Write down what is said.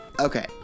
Okay